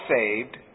saved